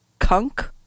kunk